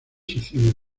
secciones